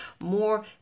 more